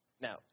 Now